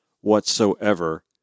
whatsoever